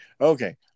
okay